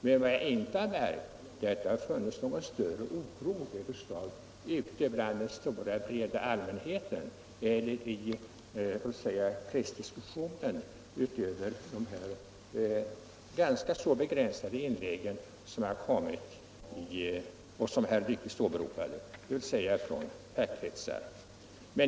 Men jag har inte märkt att det skulle ha framkommit någon större oro hos den breda allmänheten eller i pressdiskussionen utöver de ganska begränsade inlägg från fackkretsar som herr Nyquist åberopade.